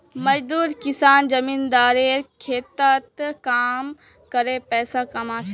मजदूर किसान जमींदारेर खेतत काम करे पैसा कमा छेक